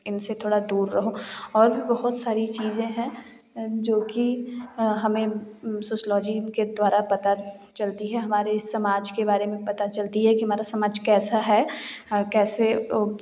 इनसे थोड़ा दूर रहो और भी बहुत सारी चीज़ें हैं जो कि हमें सोशलॉजी के द्वारा पता चलती हैं हमारे समाज के बारे में पता चलती हैं कि हमारा समाज कैसा है और कैसे